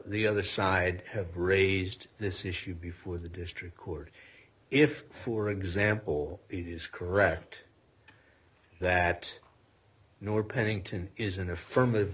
the other side have raised this issue before the district court if for example it is correct that nor pennington is an affirmative